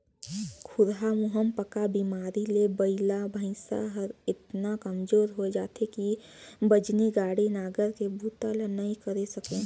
खुरहा मुहंपका बेमारी ले बइला भइसा हर एतना कमजोर होय जाथे कि बजनी गाड़ी, नांगर के बूता ल नइ करे सके